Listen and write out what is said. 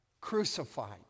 crucified